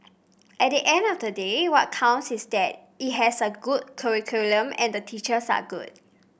at the end of the day what counts is that it has a good curriculum and the teachers are good